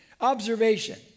observation